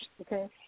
Okay